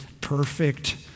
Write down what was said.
perfect